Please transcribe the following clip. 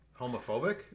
Homophobic